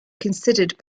considered